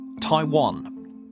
Taiwan